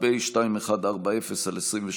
יוליה מלינובסקי קונין ואלכס קושניר,